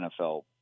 NFL